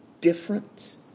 different